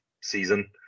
season